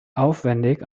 aufwendig